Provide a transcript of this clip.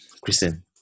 Christian